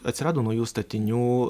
atsirado naujų statinių